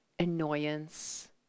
annoyance